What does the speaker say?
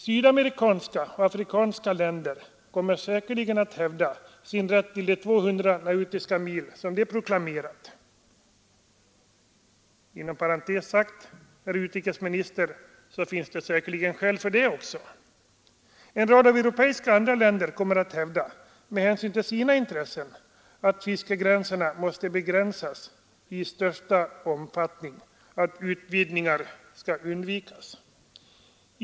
Sydamerikanska och afrikanska länder kommer säkerligen att hävda den rätt till 200 nautiska mil som är proklamerad. Inom parentes sagt, herr utrikesminister, finns det säkerligen skäl för det också. En rad europeiska och andra länder kommer med hänsyn till sina intressen att hävda att de nationella fiskeområdena måste begränsas i största möjliga omfattning och att utvidgningar skall undvikas.